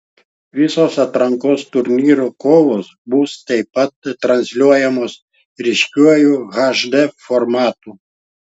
visos atrankos turnyro kovos bus taip pat transliuojamos raiškiuoju hd formatu